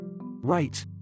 Right